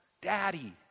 Daddy